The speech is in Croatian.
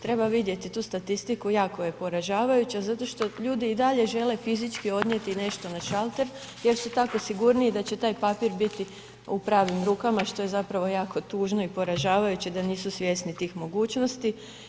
Treba vidjeti tu statistiku, jako je poražavajuća zato što ljudi i dalje žele fizički odnijeti nešto na šalter jer su tako sigurniji da će taj papir biti u pravim rukama što je zapravo jako tužno i poražavajuće da nisu svjesni tih mogućnosti.